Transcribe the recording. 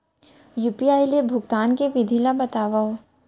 UPI ले भुगतान के विधि ला बतावव